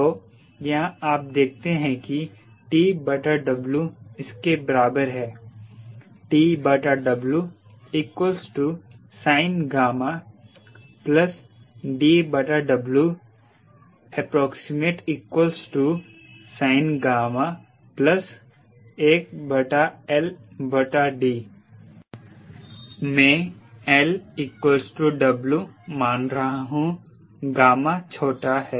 तो यहाँ आप देखते हैं कि TW इसके बराबर है TW sin𝛾 DW ≈ sin𝛾 1LD मैं L W मान रहा हूं गामा छोटा है